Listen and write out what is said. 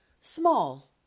small